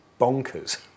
bonkers